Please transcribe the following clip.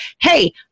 hey